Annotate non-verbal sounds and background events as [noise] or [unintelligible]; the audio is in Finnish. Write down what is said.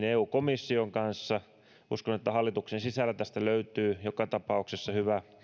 [unintelligible] eu komission kanssa uskon että hallituksen sisällä tästä löytyy joka tapauksessa hyvä